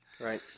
Right